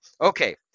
Okay